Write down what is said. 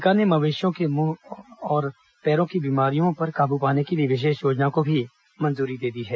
सरकार ने मवेशियों के मुंह और पैरों की बीमारियों पर काबू पाने के लिए विशेष योजना को भी मंजूरी दी है